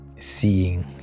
seeing